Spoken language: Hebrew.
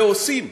ועושים.